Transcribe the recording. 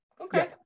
Okay